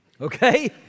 okay